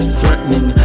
threatening